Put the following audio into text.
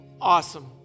Awesome